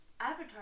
Avatar